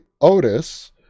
Otis